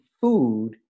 food